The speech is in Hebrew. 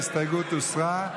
ההסתייגות הוסרה.